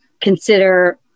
consider